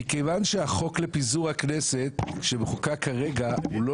מכיוון שהחוק לפיזור הכנסת שמחוקק כרגע הוא לא